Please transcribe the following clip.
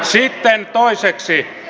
sitten toiseksi